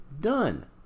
done